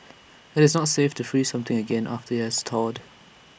IT is not safe to freeze something again after IT has thawed